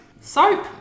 Soap